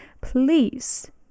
please